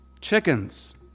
Chickens